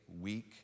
weak